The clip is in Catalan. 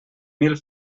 mil